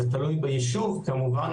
זה תלוי ביישוב כמובן,